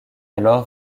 alors